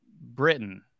Britain